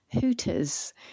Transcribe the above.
Hooters